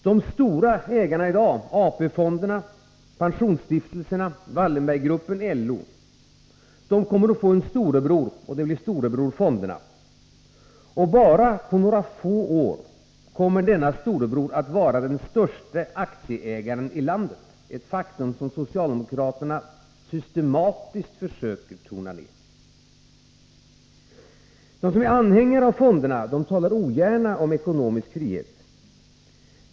De stora ägarna i dag, AP-fonderna, pensionsstiftelserna, Wallenberggruppen och LO, kommer att få en storebror — Storebror Fonderna. På bara några få år kommer denna storebror att vara den största aktieägaren i landet — ett faktum som socialdemokraterna systematiskt försöker tona ner. Fondanhängarna talar ogärna om ekonomisk frihet.